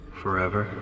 forever